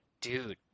Dude